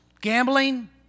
Gambling